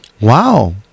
Wow